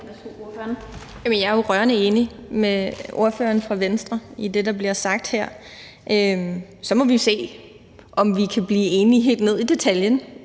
jeg er jo rørende enig med ordføreren fra Venstre i det, der bliver sagt her. Så må vi se, om vi kan blive enige helt ned i detaljen